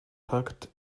tucked